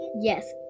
Yes